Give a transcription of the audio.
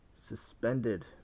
suspended